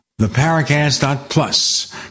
theparacast.plus